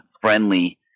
friendly